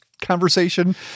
conversation